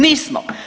Nismo.